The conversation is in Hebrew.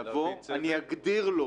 אני אגדיר לו,